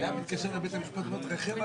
אני כגורם ארצי יכול להגיד לך שהמצב